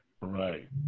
Right